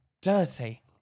Dirty